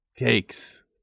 cakes